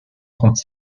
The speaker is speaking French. trente